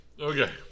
Okay